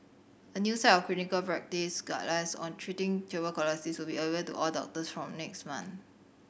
a new set of clinical practice guidelines on treating tuberculosis will be available to all doctors from next month